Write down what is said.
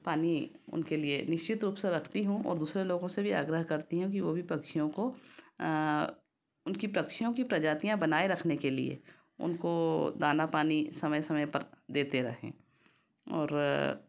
पानी उनके लिए निश्चित रूप से रखती हूँ और दूसरे लोगों से भी आग्रह करती हूँ कि वह भी पक्षियों को उनकी पक्षियों की प्रजातियाँ बनाए रखने के लिए उनको दाना पानी समय समय पर देते रहें और